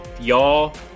y'all